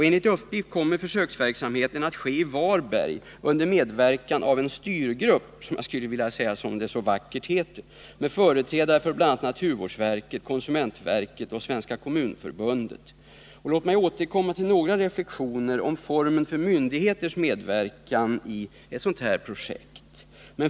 Enligt uppgift kommer försöksverksamheten att ske i Varberg under medverkan av en styrgrupp, som det så vackert heter, med företrädare för bl.a. naturvårdsverket, konsumentverket och Svenska kommunförbundet. Låt mig återkomma till några reflexioner när det gäller formen för myndigheters medverkan i ett sådant här projekt.